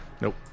Nope